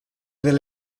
del